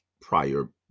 prior